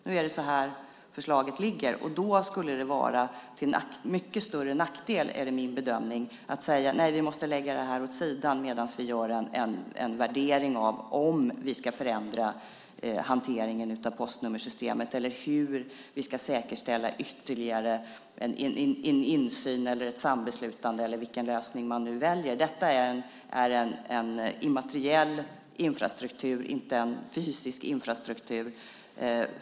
Nu föreligger förslaget, och min bedömning är att det då skulle vara till mycket större nackdel att säga att vi måste lägga det åt sidan medan vi gör en värdering av ifall vi ska förändra hanteringen av postnummersystemet eller hur vi ska säkerställa ytterligare insyn eller ett sambeslutande - eller vilken lösning man nu väljer. Det är fråga om en immateriell infrastruktur, inte en fysisk.